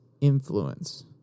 influence